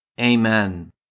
Amen